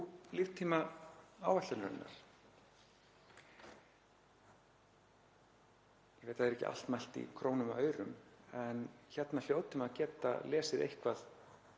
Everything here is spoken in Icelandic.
líftíma áætlunarinnar. Ég veit að það er ekki allt mælt í krónum og aurum en hérna hljótum við að geta lesið eitthvað